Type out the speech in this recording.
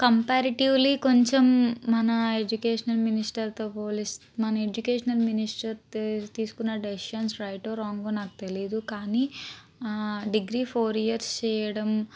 comparatively కొంచెం మన educational మినిస్టర్తో పోలిస్తే మన ఎడ్యుకేషనల్ మినిస్టర్ తీ తీసుకున్న డెసిషన్స్ రైటో రాంగో నాకు తెలియదు కానీ డిగ్రీ ఫోర్ ఇయర్స్ చేయడం